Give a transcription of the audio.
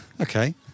okay